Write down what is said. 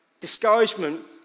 discouragement